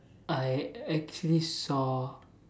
I actually saw